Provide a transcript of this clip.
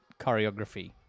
choreography